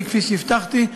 כפי שהבטחתי,